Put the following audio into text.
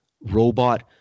robot